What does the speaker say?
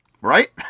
Right